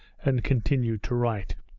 and continued to write.